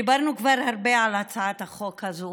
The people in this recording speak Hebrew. דיברנו כבר הרבה על הצעת החוק הזאת,